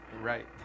right